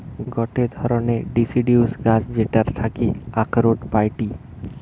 গটে ধরণের ডিসিডিউস গাছ যেটার থাকি আখরোট পাইটি